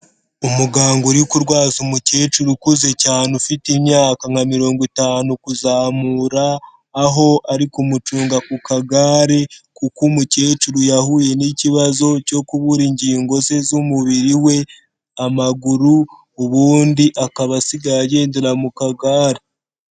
Umuganga uri kurwaza umukecuru ukuze cyane ufite imyaka nka mirongo itanu kuzamura, aho ari kumucunga ku kagare kuko umukecuru yahuye n'ikibazo cyo kubura ingingo ze z'umubiri we, amaguru, ubundi akaba asigaye agendera mu kagare.